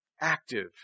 active